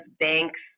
banks